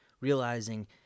realizing